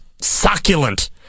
succulent